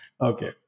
Okay